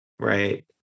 right